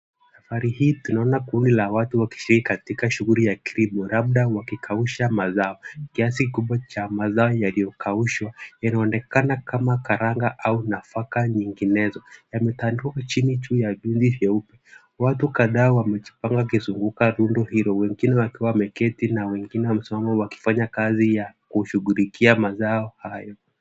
Safari hii tunaona kundi la watu wakishiriki katika shughuli ya kilimo labda wakikausha mazao. Kiasi kubwa cha mazao yaliyokaushwa yanaonekana kama karanga au nafaka nyinginezo. Yametandikwa chini juu ya juzi nyeupe, watu kadhaa wamejipanga wakizunguka rundo hilo wengine wakiwa wameketi na wengine wakiwa wamesimama wakifanya kazi ya kushughulikia mazao hayo.